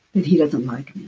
that he doesn't like